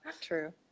true